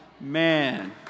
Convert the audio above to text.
Man